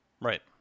Right